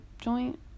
joint